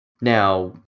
Now